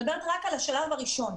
אני מדברת רק על השלב הראשון.